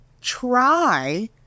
try